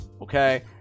okay